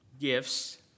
gifts